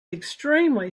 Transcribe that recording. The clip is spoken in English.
extremely